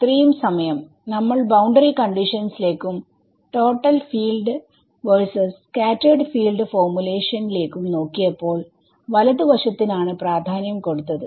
ഇത്രയും സമയം നമ്മൾ ബൌണ്ടറി കണ്ടിഷൻസ് ലേക്കും total fields versus scattered field formulation ലേക്കും നോക്കിയപ്പോൾ വലതു വശത്തിനാണ് പ്രാധാന്യം കൊടുത്തത്